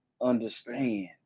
understand